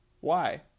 Why